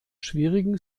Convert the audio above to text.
schwierigen